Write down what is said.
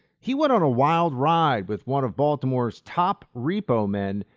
he went on a wild ride with one of baltimore's top repo men,